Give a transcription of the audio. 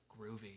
groovy